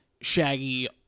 Shaggy